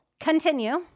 Continue